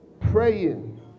praying